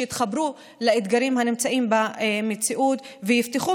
שיתחברו לאתגרים הנמצאים במציאות ויפתחו